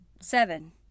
seven